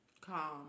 Calm